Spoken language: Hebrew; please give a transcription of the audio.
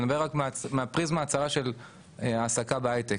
אני מדבר רק מהפריזמה הצרה של העסקה בהייטק.